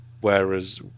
whereas